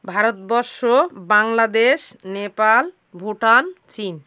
ভারতবর্ষ বাংলাদেশ নেপাল ভুটান চিন